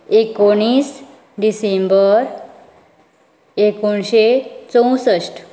एकोणीस डिसेंबर एकोणीशें चवसठ